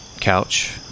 couch